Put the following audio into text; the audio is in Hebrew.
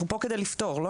אנחנו פה כדי לפתור לא?